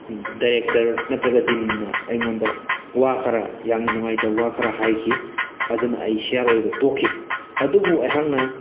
director ꯅꯠꯇ꯭ꯔꯒ ꯗꯤꯟꯅ ꯑꯩꯉꯣꯟꯗ ꯋꯥ ꯈꯔ ꯌꯥꯝꯅ ꯅꯨꯡꯉꯥꯏꯇꯕ ꯋꯥ ꯈꯔ ꯍꯥꯏꯈꯤ ꯑꯗꯨꯅ ꯑꯩ ꯁꯤ ꯑꯥꯔ ꯑꯣꯏꯕ ꯇꯣꯛꯈꯤ ꯑꯗꯨꯕꯨ ꯑꯩꯍꯥꯛꯅ